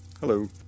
Hello